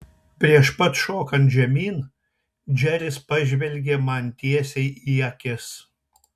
prieš pat šokant žemyn džeris pažvelgė man tiesiai į akis